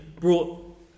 brought